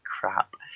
crap